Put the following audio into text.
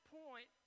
point